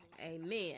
Amen